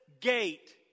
gate